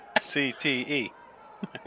C-T-E